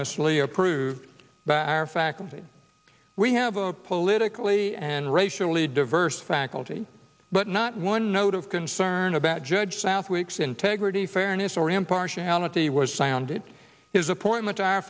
unanimously approved by our faculty we have a politically and racially diverse faculty but not one note of concern about judge south weeks integrity fairness or impartiality was founded his appointment